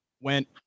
went